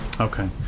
Okay